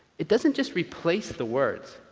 it doesn't just replace the words.